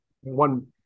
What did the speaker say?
one